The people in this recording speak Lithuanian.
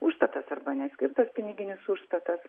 užstatas arba neskirtas piniginis užstatas